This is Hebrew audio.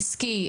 עסקי,